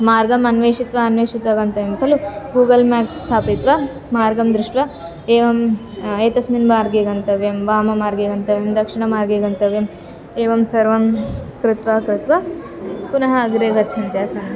मार्गम् अन्वेषयित्वा अन्वेषयित्वा गन्तव्यं खलु गूगल् मेप् स्थापित्वा मार्गं दृष्ट्वा एवम् एतस्मिन् मार्गे गन्तव्यं वाममार्गे गन्तव्यं दक्षिणमार्गे गन्तव्यम् एवं सर्वं कृत्वा कृत्वा पुनः अग्रे गच्छन्त्यासं